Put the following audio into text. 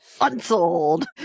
unsold